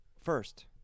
First